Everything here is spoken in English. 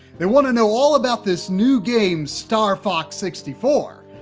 they wanna know all about this new game star fox sixty four.